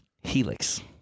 Helix